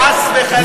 חס וחלילה.